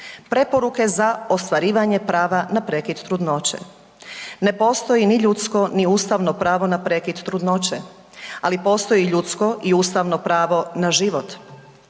preporuke za ostvarivanje prava na prekid trudnoće. Ne postoji ni ljudsko, ni ustavno pravo na prekid trudnoće, ali postoji ljudsko i ustavno pravo na život.